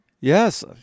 Yes